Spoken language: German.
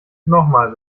nochmal